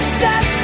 set